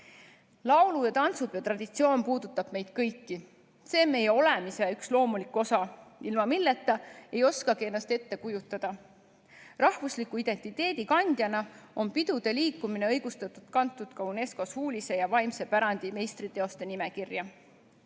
Laulu- ja tantsupeo traditsioon puudutab meid kõiki. See on meie olemise loomulik osa, ilma milleta ei oskagi ennast ette kujutada. Rahvusliku identiteedi kandjana on pidude liikumine õigustatult kantud ka UNESCO suulise ja vaimse pärandi meistriteoste nimekirja.